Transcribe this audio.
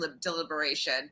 deliberation